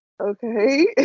okay